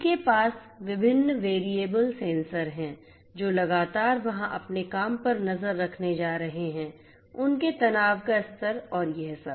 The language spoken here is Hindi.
उनके पास विभिन्न वेरिएबल सेंसर हैं जो लगातार वहाँ अपने काम पर नजर रखने जा रहे हैं उनके तनाव का स्तर और यह सब